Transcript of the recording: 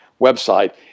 website